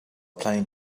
plane